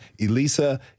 Elisa